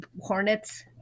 hornets